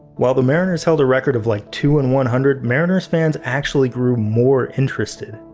while the mariners held a record of like two and one hundred, mariners fans actually grew more interested,